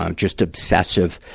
ah just obsessive,